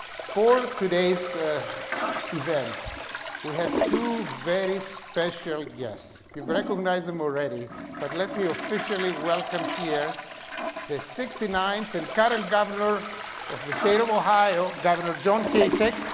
for today's event we have two very special guests. you recognize them already but let me officially welcome here the sixty ninth and current governor of the state of ohio, governor john kasich,